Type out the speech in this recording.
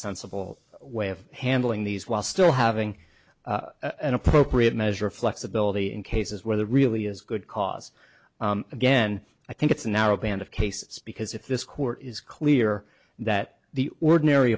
sensible way of handling these while still having an appropriate measure of flexibility in cases where there really is good cause again i think it's a narrow band of cases because if this court is clear that the ordinary